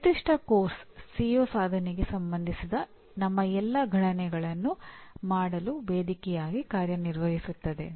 ಈ ನಿರ್ದಿಷ್ಟ ಪಠ್ಯಕ್ರಮ ಸಿಒ ಸಾಧನೆಗೆ ಸಂಬಂಧಿಸಿದ ನಮ್ಮ ಎಲ್ಲಾ ಗಣನೆಗಳನ್ನು ಮಾಡಲು ವೇದಿಕೆಯಾಗಿ ಕಾರ್ಯನಿರ್ವಹಿಸುತ್ತದೆ